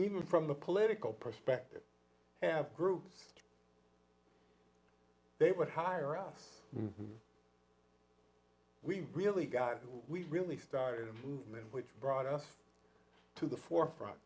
even from a political perspective have groups they would hire us we really got we really started a movement which brought us to the forefront